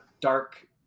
dark